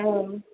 औ